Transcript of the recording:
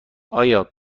آیا